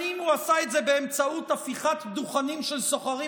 שנים הוא עשה את זה באמצעות הפיכת דוכנים של סוחרים